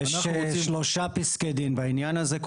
יש שלושה פסקי דין בעניין הזה.